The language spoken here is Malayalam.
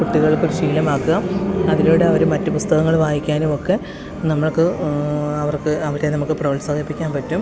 കുട്ടികൾക്ക് ഒരു ശീലമാക്കുക അതിലൂടെ അവര് മറ്റ് പുസ്തകങ്ങൾ വായിക്കാനുമൊക്ക നമക്ക് അവർക്ക് അവരെ നമക്ക് പ്രോത്സാഹിപ്പിക്കാൻ പറ്റും